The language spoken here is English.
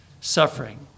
suffering